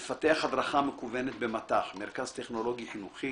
מפתח הדרכה מקוונת במט"ח מרכז טכנולוגי חינוכי,